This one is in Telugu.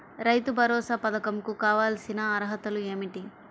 రైతు భరోసా పధకం కు కావాల్సిన అర్హతలు ఏమిటి?